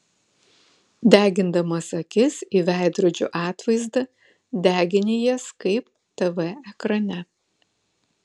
degindamas akis į veidrodžio atvaizdą degini jas kaip tv ekrane